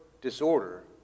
disorder